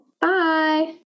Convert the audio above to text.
bye